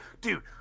dude